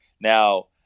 Now